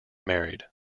married